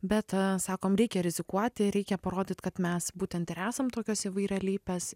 bet sakom reikia rizikuoti reikia parodyt kad mes būtent ir esam tokios įvairialypės